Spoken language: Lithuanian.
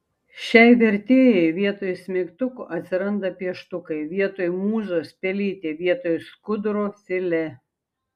šiai vertėjai vietoj smeigtukų atsiranda pieštukai vietoj mūzos pelytė vietoj skuduro filė